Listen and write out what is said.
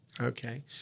Okay